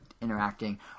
interacting